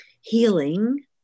healing